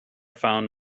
found